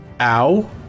ow